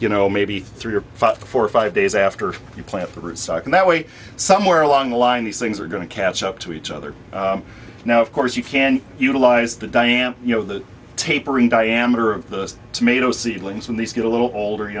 you know maybe three or four or five days after you plant roots and that way somewhere along the line these things are going to catch up to each other now of course you can utilize the diane you know the tapering diameter of the tomato seedlings from these get a little older you